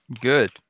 good